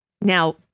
Now